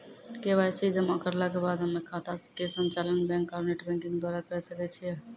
KYC जमा करला के बाद हम्मय खाता के संचालन बैक आरू नेटबैंकिंग द्वारा करे सकय छियै?